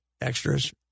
Extras